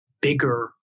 bigger